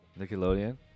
Nickelodeon